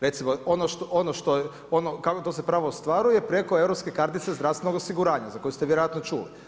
Recimo to se pravo ostvaruje preko Europske kartice zdravstvenog osiguranja za koju ste vjerojatno čuli.